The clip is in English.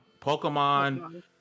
Pokemon